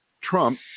Trump